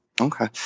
Okay